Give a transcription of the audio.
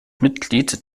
mitglied